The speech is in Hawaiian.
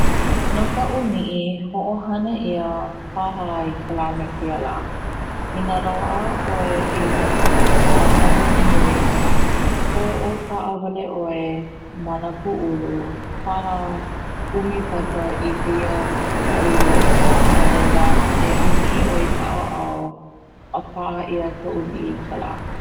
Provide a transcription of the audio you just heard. No ka 'umi'i ho'ohana 'ia paha kela me keia la, i na loa'a 'oe i na pepa he nui ho'oka'awale 'oe ma na pu'ulu paha 'umi pepa i keia pu'ulu a laila e 'umi'i 'oe i ka 'ao'ao a pa'a ia ka 'umi'i kela.